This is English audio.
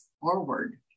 forward